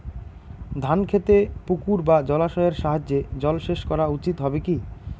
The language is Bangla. ধান খেতে পুকুর বা জলাশয়ের সাহায্যে জলসেচ করা উচিৎ হবে কি?